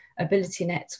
AbilityNet